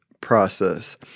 process